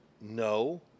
No